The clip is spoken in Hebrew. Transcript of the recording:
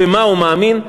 במה הוא מאמין,